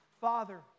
Father